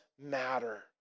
matter